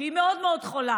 שהיא מאוד מאוד חולה.